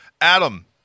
Adam